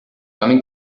coming